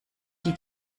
sie